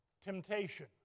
temptation